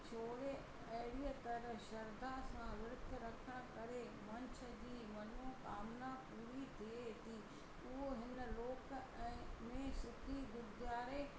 छोड़े अहिड़ीअ तरह श्रध्दा सां विर्तु रखण करे मनुष्य जी मनोकामना पूरी थिए थी उहो इन लोक ऐं में सुखी गुज़ारे